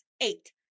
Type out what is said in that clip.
eight